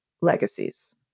legacies